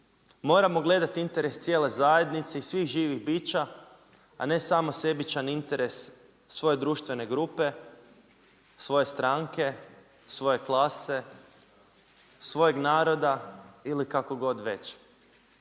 Moramo gledati interes cijele zajednice i svih živih bića, a ne samo sebičan interes svoje društvene grupe, svoje stranke, svoje klase, svojeg naroda ili kako god već.